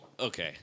Okay